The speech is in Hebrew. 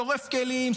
שורף כלים,